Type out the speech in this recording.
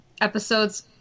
episodes